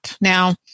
Now